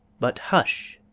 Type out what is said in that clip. but hush!